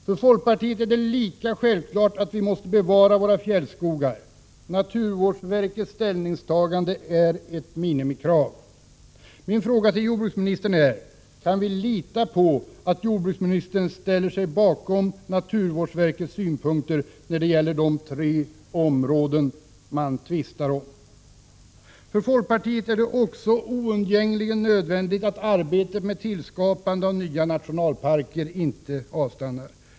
För folkpartiet är det lika självklart att vi måste bevara våra fjällskogar. Naturvårdsverkets ställningstagande är ett minimikrav. Min fråga till jordbruksministern är: Kan vi lita på att jordbruksministern ställer sig bakom naturvårdsverkets synpunkter när det gäller de tre områden som man tvistar om? För folkpartiet är det också oundgängligen nödvändigt att arbetet med tillskapande av nya nationalparker inte avstannar.